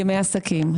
ימי עסקים.